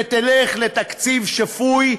ותלך לתקציב שפוי,